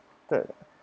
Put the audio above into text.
that